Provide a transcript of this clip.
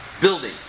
building